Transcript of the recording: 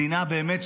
באמת,